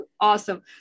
awesome